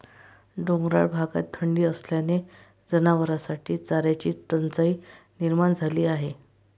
डोंगराळ भागात थंडी असल्याने जनावरांसाठी चाऱ्याची टंचाई निर्माण झाली आहे